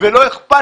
לאף אחד לא אכפת.